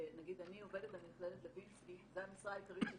אני עובדת במכללת לוינסקי, זו המשרה העיקרית שלי.